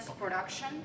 production